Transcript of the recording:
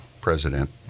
president